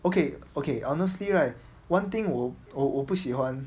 okay okay honestly right one thing 我我我不喜欢